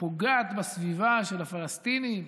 ופוגעת בסביבה של הפלסטינים,